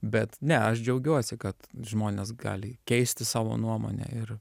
bet ne aš džiaugiuosi kad žmonės gali keisti savo nuomonę ir